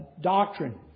doctrine